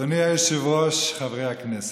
אדוני היושב-ראש, חברי הכנסת,